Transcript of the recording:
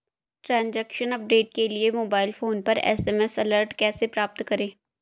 Transaction update के लिए mobile phone पर एस.एम.एस अलर्ट कैसे प्राप्त करें?